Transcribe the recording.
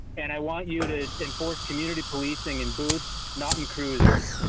and i want you to enforce community policing and but not in cruisers.